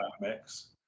mix